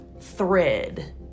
thread